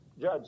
judge